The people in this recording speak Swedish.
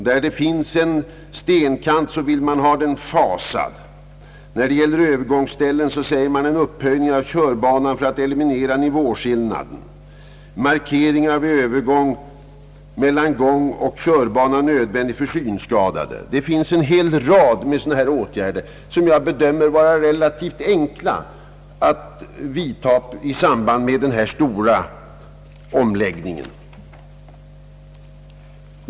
Där det finns en stenkant vill man ha den fasad. När det gäller övergångsställen säger man, att en upphöjning av körbanan för att eliminera nivåskillnaden och markering av övergång mellan gång och körbanan är nödvändig för synskadade. Det finns en hel rad sådana här åtgärder som jag bedömer vara relativt enkla att vidta i samband med den stora omläggningen.